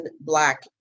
Black